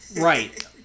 Right